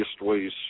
ways